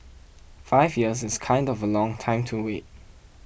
five years is kind of a long time to wait